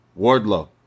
Wardlow